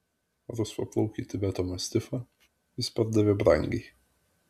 rusvaplaukį tibeto mastifą jis pardavė brangiai